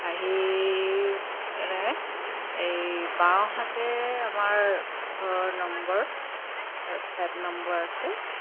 আহি পেলাই এই বাওঁহাতে আমাৰ ঘৰৰ নম্বৰ ফ্লেট নম্বৰ আছে